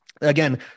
again